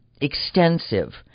extensive